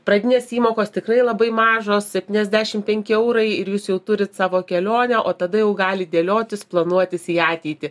pradinės įmokos tikrai labai mažos sepyniasdešimt penki eurai ir jūs jau turit savo kelionę o tada jau galit dėliotis planuotis į ateitį